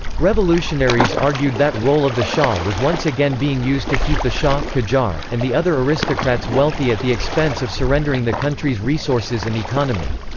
revolutionaries argued that role of the shah was once again being used to keep the shah, qajar, and the other aristocrats wealthy at the expense of surrendering the country's resources and economy.